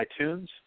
iTunes